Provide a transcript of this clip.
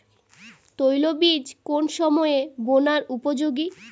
তৈলবীজ কোন সময়ে বোনার উপযোগী?